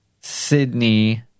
Sydney